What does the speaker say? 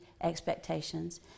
expectations